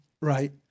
right